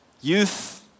youth